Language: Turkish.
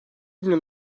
milyon